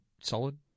solid